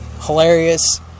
hilarious